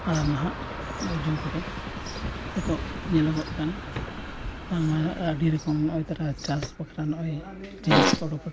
ᱟᱨ ᱱᱟᱦᱟᱜ ᱡᱩᱜᱽ ᱨᱮ ᱱᱤᱛᱚᱜ ᱧᱮᱞᱚᱜᱚ ᱠᱟᱱᱟ ᱵᱟᱝᱢᱟ ᱟᱹᱰᱤ ᱨᱚᱠᱚᱢ ᱱᱚᱜᱼᱚᱸᱭ ᱛᱚᱨᱟ ᱪᱟᱥ ᱵᱟᱠᱷᱨᱟ ᱱᱚᱜᱼᱚᱸᱭ ᱡᱤᱱᱤᱥ ᱠᱚ ᱚᱰᱳᱠ ᱟᱠᱟᱜᱼᱟ